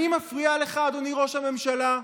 אני מפריע לך, אדוני ראש הממשלה,